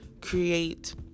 create